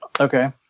Okay